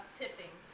tipping